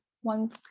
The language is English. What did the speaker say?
one